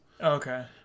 Okay